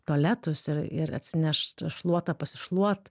tualetus ir ir atsinešt šluotą pasišluot